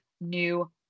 new